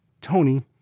Tony